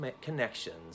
connections